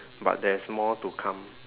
but there is more to come